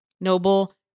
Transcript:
noble